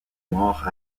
morts